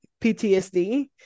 PTSD